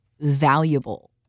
valuable